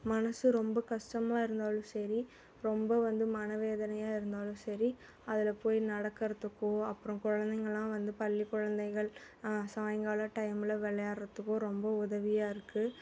மனது ரொம்ப கஷ்டமா இருந்தாலும் சரி ரொம்ப வந்து மன வேதனையாக இருந்தாலும் சரி அதில் போய் நடக்கிறதுக்கும் அப்புறம் குழந்தைங்களாம் வந்து பள்ளி குழந்தைகள் ஆ சாயங்கால டைமில் விளையாட்றதுக்கும் ரொம்ப உதவியாக இருக்குது